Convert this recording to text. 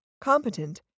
competent